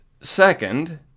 Second